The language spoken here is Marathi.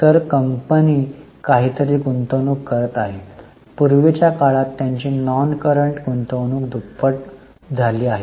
तर कंपनी काहीतरी गुंतवणूक करीत आहे पूर्वीच्या काळात त्यांची नॉनकँरंट गुंतवणूक दुप्पट झाली होती